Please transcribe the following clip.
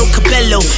Cabello